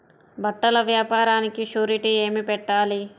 బట్టల వ్యాపారానికి షూరిటీ ఏమి పెట్టాలి?